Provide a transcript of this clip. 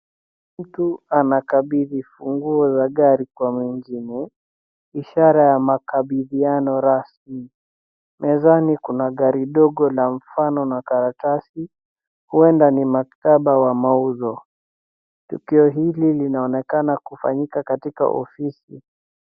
Mtu anakabidhi funguo za gari kwa mwengine ishara ya makabidhiano rasmi. Mezani kuna gari ndogo la mfano na karatasi huenda ni maktaba wa mauzo. Tukio hili linaonekana kufanyika katika ofisi.